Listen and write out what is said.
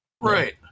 right